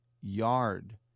yard